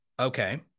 Okay